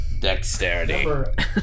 Dexterity